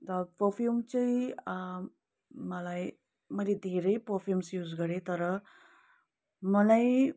त परफ्युम चाहिँ मलाई मैले धेरै परफ्युम्स युज गरेँ तर मलाई